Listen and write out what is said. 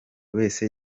wese